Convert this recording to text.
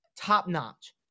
top-notch